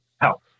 help